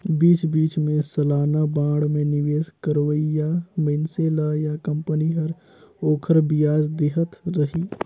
बीच बीच मे सलाना बांड मे निवेस करोइया मइनसे ल या कंपनी हर ओखर बियाज देहत रही